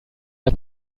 der